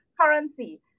currency